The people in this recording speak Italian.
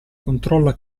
controlla